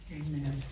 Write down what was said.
Amen